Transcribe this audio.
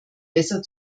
besser